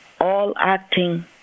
all-acting